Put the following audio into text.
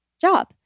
job